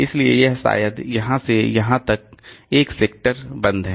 इसलिए यह शायद यहाँ से यहाँ तक एक सेक्टर बंद है